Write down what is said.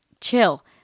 chill